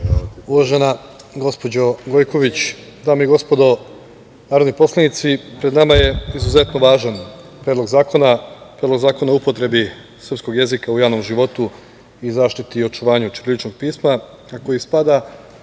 gospođo Gojković, dame i gospodo narodni poslanici, pred nama je izuzetno važan predlog zakona, Predlog zakona o upotrebi srpskog jezika u javnom životu i zaštiti i očuvanju ćiriličnog pisma,